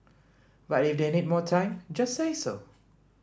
but if they need more time just say so